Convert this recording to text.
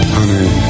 Honey